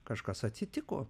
kažkas atsitiko